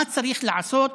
מה צריך לעשות